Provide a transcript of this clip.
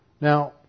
Now